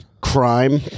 Crime